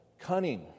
cunning